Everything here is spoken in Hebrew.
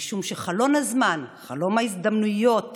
משום שחלון הזמן, חלון ההזדמנויות